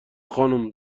خانم